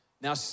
Now